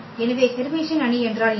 எனவே ஹெர்மிசியன் அணி என்றால் என்ன